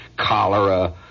cholera